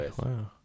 Wow